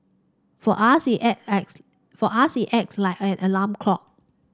for us it for us it acts like an alarm clock